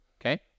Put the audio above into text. Okay